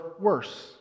worse